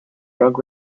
drug